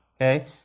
Okay